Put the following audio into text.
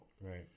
Right